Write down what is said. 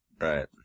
Right